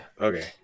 Okay